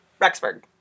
Rexburg